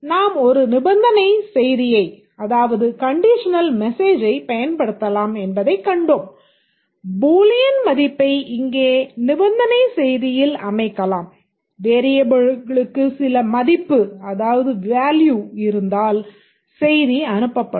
நாம் ஒரு நிபந்தனை செய்தியைப் இருந்தால் செய்தி அனுப்பப்படும்